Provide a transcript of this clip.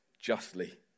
justly